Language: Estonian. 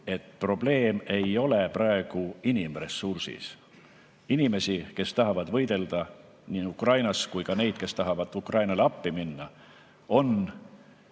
et probleem ei ole praegu inimressursis. Nii inimesi, kes tahavad võidelda Ukrainas, kui ka neid, kes tahavad Ukrainale appi minna, on.